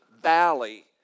valley